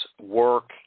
work